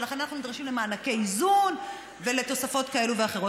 ולכן אנחנו נדרשים למענקי איזון ולתוספות כאלה ואחרות.